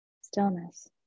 stillness